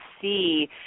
see